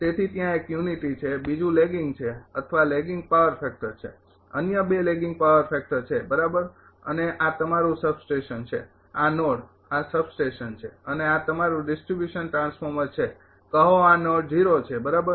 તેથી ત્યાં એક યુનિટી છે બીજું લેગિંગ છે અથવા લેગિંગ પાવર ફેક્ટર છે અન્ય બે લેગિંગ પાવર ફેક્ટર છે બરાબર અને આ તમારું સબસ્ટેશન છે આ નોડ આ સબસ્ટેશન છે અને આ તમારું ડિસ્ટ્રિબ્યુશન ટ્રાન્સફોર્મર છે કહો આ નોડ છે બરાબર